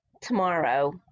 tomorrow